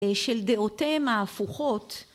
של דעותיהם ההפוכות